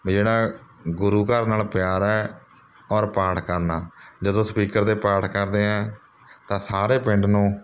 ਵੀ ਜਿਹੜਾ ਗੁਰੂ ਘਰ ਨਾਲ਼ ਪਿਆਰ ਹੈ ਔਰ ਪਾਠ ਕਰਨਾ ਜਦੋਂ ਸਪੀਕਰ 'ਤੇ ਪਾਠ ਕਰਦੇ ਹਾਂ ਤਾਂ ਸਾਰੇ ਪਿੰਡ ਨੂੰ